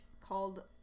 called